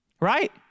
Right